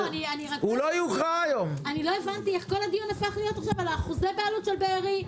לא הבנתי איך כל הדיון הפך להיות עכשיו על אחוזי הבעלות של בארי?